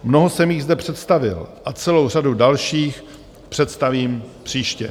Mnoho jsem jich zde představil a celou řadu dalších představím příště.